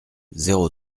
zéro